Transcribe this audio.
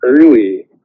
early